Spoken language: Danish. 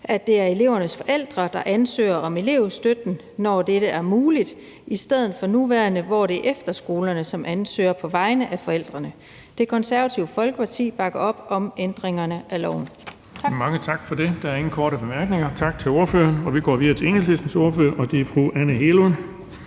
at det er elevernes forældre, der ansøger om elevstøtten, når dette er muligt, i stedet for det nuværende, hvor det er efterskolerne, som ansøger på vegne af forældrene. Det Konservative Folkeparti bakker op om ændringerne af loven.